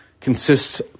consists